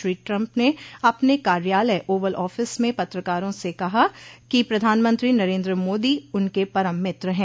Shri Trump ने अपने कार्यालय ओवल ऑफिस में पत्रकारों से कहा कि प्रधानमंत्री नरेन्द्र मोदी उनके परम मित्र हैं